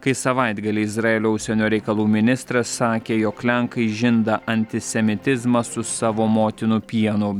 kai savaitgalį izraelio užsienio reikalų ministras sakė jog lenkai žinda antisemitizmą su savo motinų pienu